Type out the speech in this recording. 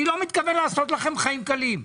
אני לא מתכוון לעשות לכם חיים קלים.